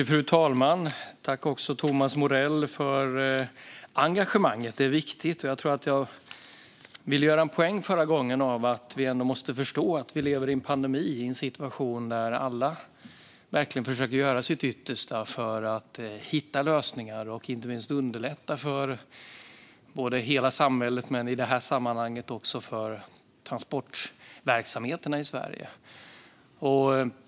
Fru talman! Tack, Thomas Morell, för engagemanget! Det är viktigt. Jag ville förra gången göra en poäng av att vi måste förstå att vi lever i en pandemi i en situation där alla verkligen försöker att göra sitt yttersta för att hitta lösningar och inte minst underlätta för hela samhället och i det här sammanhanget också för transportverksamheterna i Sverige.